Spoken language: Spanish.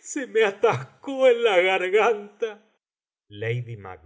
se me atascó en la garganta lady mac